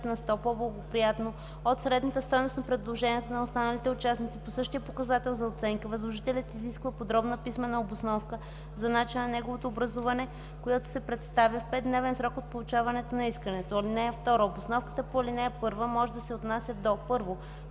на сто по-благоприятно от средната стойност на предложенията на останалите участници по същия показател за оценка, възложителят изисква подробна писмена обосновка за начина на неговото образуване, която се представя в 5-дневен срок от получаване на искането. (2) Обосновката по ал. 1 може да се отнася до: 1.